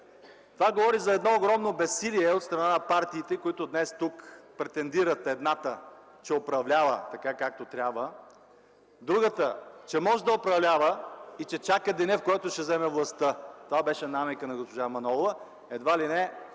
Това говори за огромно безсилие от страна на партиите, които днес тук претендират: едната – че управлява така както трябва, другата – че може да управлява и че чака деня, в който ще вземе властта. Това беше намекът на госпожа Манолова – едва ли не